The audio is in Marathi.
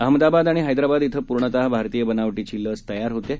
अहमदाबादआणिहैदराबादइथंपूर्णत भारतीयबनावटीचीलसतयारहोतआहे